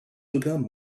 become